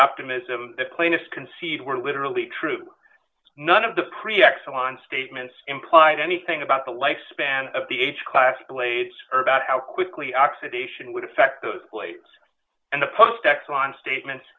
optimism the cleanest concede were literally true none of the pre x on statements implied anything about the lifespan of the age class blades or about how quickly oxidation would affect those plates and the post exelon statement